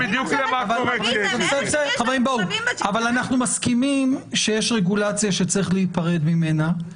--- אנחנו מסכימים שיש רגולציה שצריך להיפרד ממנה,